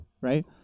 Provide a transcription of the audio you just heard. Right